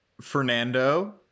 fernando